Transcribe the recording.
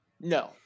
No